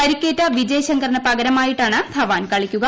പരിക്കേറ്റ വിജയ് ശങ്കറിന് പകരമായിട്ടാണ് ധവാൻ കളിക്കുക